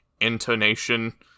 intonation